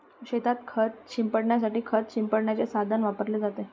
शेतात खत शिंपडण्यासाठी खत शिंपडण्याचे साधन वापरले जाते